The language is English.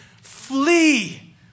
flee